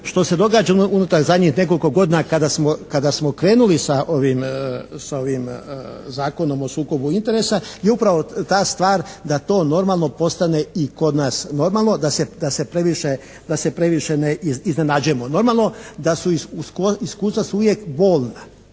što se događa unutar zadnjih nekoliko godina kada smo krenuli sa ovim Zakonom o sukobu interesa gdje je upravo ta stvar da to normalno postane i kod nas normalno, da se previše ne iznenađujemo. Normalno da su iskustva su uvijek bolna,